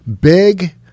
big